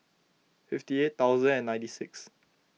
fifty eight thousand and ninety six